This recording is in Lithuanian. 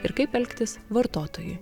ir kaip elgtis vartotojui